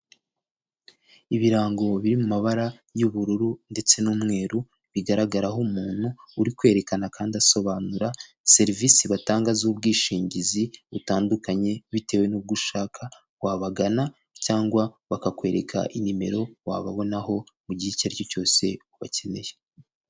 Ibirango biri mu mabara y'ubururu ndetse n'umweru bigaragaraho umuntu urikwerekana kandi asobanura serivisi batanga z'ubwishingizi butandukanye bitewe n'ubwo ushaka wabagana, cyangwa bakakwereka inimero wababonaho mu gihe icyo ari cyo cyose ubakeneye.